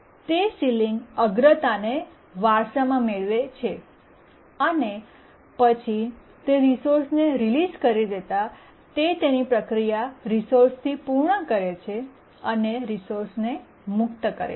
તે સીલીંગ અગ્રતાને વારસામાં મેળવે છે અને પછી તે રિસોર્સને રિલીસ કરી દેતાં તે તેની પ્રક્રિયા રિસોર્સથી પૂર્ણ કરે છે અને રિસોર્સને મુક્ત કરે છે